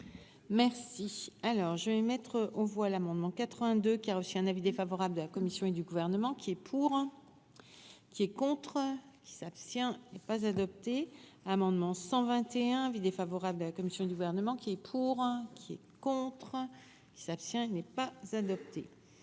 Merci, alors je vais mettre aux voix l'amendement 82 qui a reçu un avis défavorable de la Commission et du gouvernement qui est pour, qui est contre qui s'abstient, il n'est pas adopté, amendement 121 avis défavorable de la commission du gouvernement qui est pour, qui est contre qui s'abstient n'est pas adopté